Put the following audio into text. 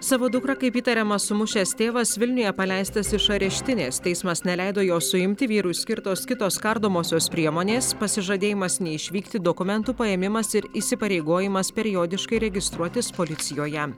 savo dukrą kaip įtariama sumušęs tėvas vilniuje paleistas iš areštinės teismas neleido jo suimti vyrui skirtos kitos kardomosios priemonės pasižadėjimas neišvykti dokumentų paėmimas ir įsipareigojimas periodiškai registruotis policijoje